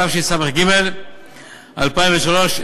התשס"ג 2003,